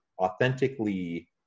authentically